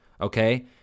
okay